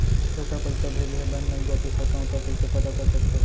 बेटा पइसा भेजे हे, बैंक नई जाथे सकंव त कइसे पता कर सकथव?